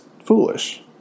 foolish